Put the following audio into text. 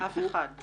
אף אחד.